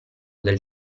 del